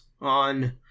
on